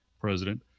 president